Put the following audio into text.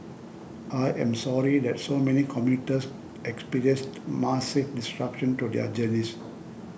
I am sorry that so many commuters experienced massive disruptions to their journeys